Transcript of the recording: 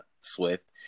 Swift